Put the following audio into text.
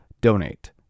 donate